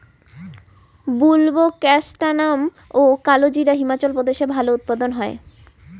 বুলবোকাস্ট্যানাম বা কালোজিরা হিমাচল প্রদেশে ভালো উৎপাদন হয়